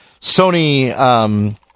Sony